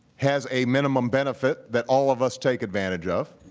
has a minimum benefit that all of us take advantage of.